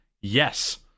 yes